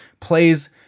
plays